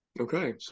Okay